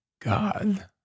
God